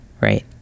Right